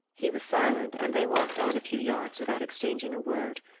he was silent, and they walked on a few yards without exchanging a word.